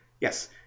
Yes